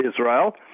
Israel